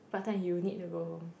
what time you need to go home